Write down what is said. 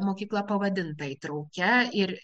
mokykla pavadinta įtraukia ir